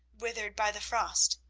withered by the frost,